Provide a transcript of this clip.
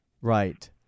Right